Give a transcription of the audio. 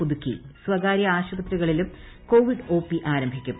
പുതുക്കി സ്വകാര്യ ആശുപത്രികളിലും കൊവിഡ് ഒ പി ആരംഭിക്കും